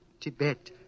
Tibet